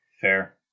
Fair